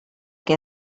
què